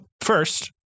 first